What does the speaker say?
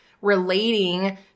relating